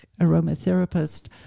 aromatherapist